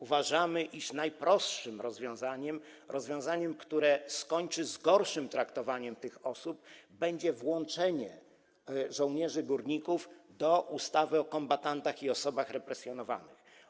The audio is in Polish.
Uważamy, iż najprostszym rozwiązaniem, rozwiązaniem, które skończy z gorszym traktowaniem tych osób, będzie włączenie żołnierzy górników do ustawy o kombatantach i osobach represjonowanych.